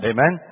Amen